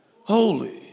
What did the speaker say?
holy